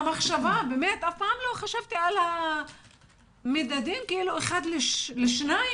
אף פעם לא חשבתי על המדדים, אחד לשניים.